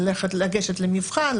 לגשת למבחן,